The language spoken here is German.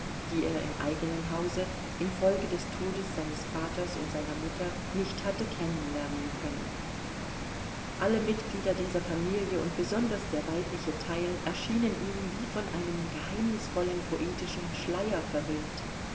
die er im eigenen hause infolge des todes seines vaters und seiner mutter nicht hatte kennenlernen können alle mitglieder dieser familie und besonders der weibliche teil erschienen ihm wie von einem geheimnisvollen poetischen schleier verhüllt